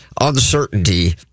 uncertainty